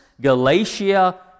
Galatia